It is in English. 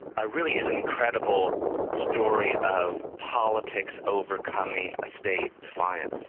ah really is an incredible story of politics overcoming ah state defiance.